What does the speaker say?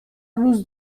روز